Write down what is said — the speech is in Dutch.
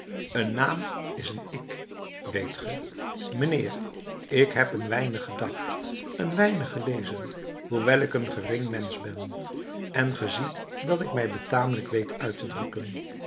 een naam is een ik weet ge mijnheer ik heb een weinig gedacht een weinig gelezen hoewel ik een gering mensch ben en ge ziet dat ik mij betamelijk weet uit te drukken